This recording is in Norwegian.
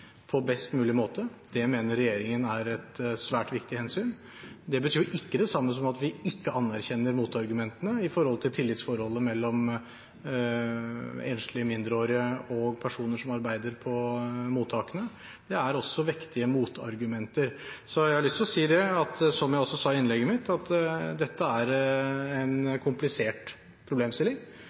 på best mulig måte. Det mener regjeringen er et svært viktig hensyn. Det betyr ikke det samme som at vi ikke anerkjenner motargumentene når det gjelder tillitsforholdet mellom enslige mindreårige og personer som arbeider på mottakene. Det er også vektige motargumenter. Så jeg har lyst til å si, som jeg også sa i innlegget mitt, at dette er en komplisert problemstilling,